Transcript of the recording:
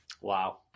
Wow